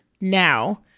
now